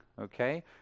okay